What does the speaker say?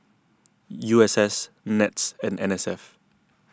U S S NETS and N S F